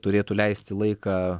turėtų leisti laiką